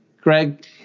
Greg